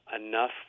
enough